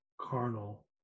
carnal